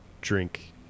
drink